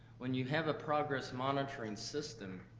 when you have a progress monitoring system,